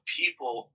people